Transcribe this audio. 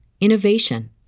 innovation